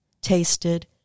tasted